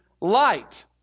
light